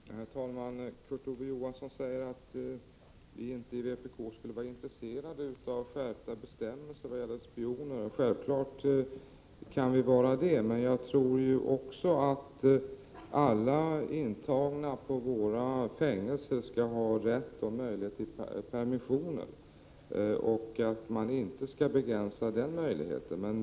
Herr talman! Kurt Ove Johansson säger att vpk inte skulle vara intresserat av skärpta bestämmelser vad gäller spioner. Självfallet kan vi vara det, men jag tror också att alla intagna på fängelserna skall ha rätt och möjlighet till permissioner och att den möjligheten inte skall begränsas.